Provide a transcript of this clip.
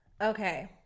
okay